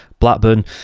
Blackburn